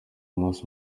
mass